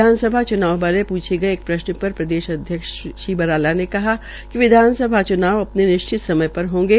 विधानसभा च्नाव बारे प्रछे गये एक प्रश्न पर प्रदेशाध्यक्ष श्री बराला ने कहा कि विधानसभा च्नाव अपने निश्चित समय पर होंगे